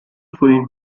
fue